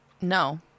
No